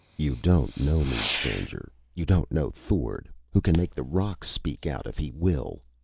you don't know me, stranger! you don't know thord, who can make the rocks speak out if he will!